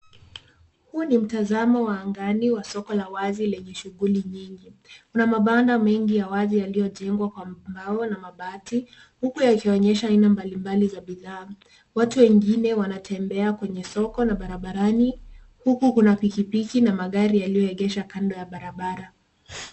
Huu ni mtazamo wa angani wa soko la wazi lenye sughuli nyingi. Kunamabana mengi yaliyojengwa kwenyemabao na mabati huku yakionyesha aina mbalimbali za bidhaa. Watu wengine wanatembea kwenye soko na barabarani huku kuna pikipiki na magari yaliyoegeshwa kando ya barabara.